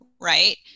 right